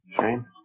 Shane